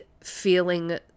feeling